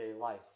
life